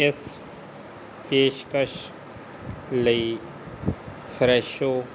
ਇਸ ਪੇਸ਼ਕਸ਼ ਲਈ ਫਰੈਸ਼ੋ